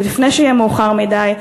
ולפני שיהיה מאוחר מדי,